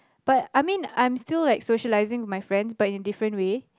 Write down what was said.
but I mean I'm still like socializing with my friends but in different way